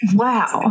wow